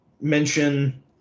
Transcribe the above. mention